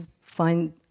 find